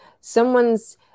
someone's